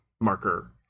marker